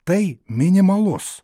tai minimalus